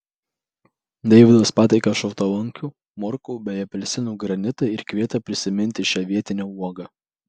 deivydas pateikė šaltalankių morkų bei apelsinų granitą ir kvietė prisiminti šią vietinę uogą